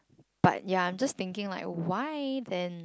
but ya I'm just thinking like why then